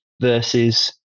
versus